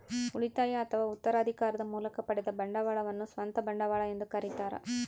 ಉಳಿತಾಯ ಅಥವಾ ಉತ್ತರಾಧಿಕಾರದ ಮೂಲಕ ಪಡೆದ ಬಂಡವಾಳವನ್ನು ಸ್ವಂತ ಬಂಡವಾಳ ಎಂದು ಕರೀತಾರ